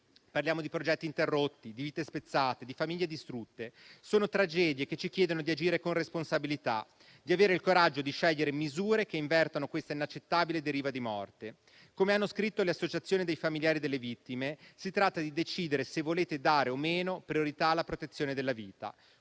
parliamo di progetti interrotti, di vite spezzate, di famiglie distrutte, sono tragedie che ci chiedono di agire con responsabilità, di avere il coraggio di scegliere misure che invertano questa inaccettabile deriva di morte. Come hanno scritto le associazioni dei familiari delle vittime, si tratta di decidere se volete dare o meno priorità alla protezione della vita.